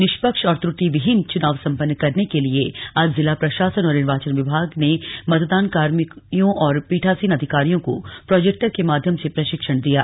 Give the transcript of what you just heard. निष्पक्ष और त्रुटिविहीन चुनाव संपन्न करने के लिए आज जिला प्रशासन और निवार्चन विभाग ने मतदान कार्मियों और पीठासीन अधिकारियों को प्रोजेक्टर के माध्यम से प्रशिक्षण दिया गया